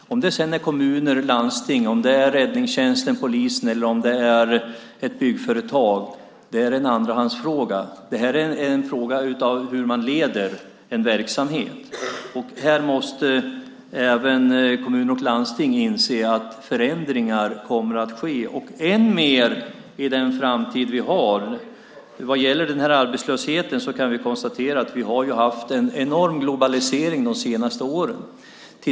Om det sedan handlar om kommuner eller landsting eller om det är räddningstjänsten, polisen eller ett byggföretag är en andrahandsfråga. Detta handlar om hur man leder en verksamhet. Här måste även kommuner och landsting inse att förändringar kommer att ske, och det blir än mer i framtiden. När det gäller arbetslösheten kan vi konstatera att det har skett en enorm globalisering de senaste åren.